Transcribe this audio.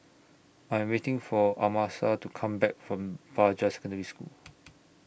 I Am waiting For Amasa to Come Back from Fajar Secondary School